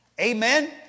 Amen